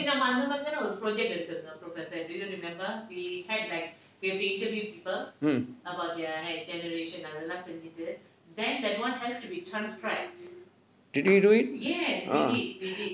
mm did we do it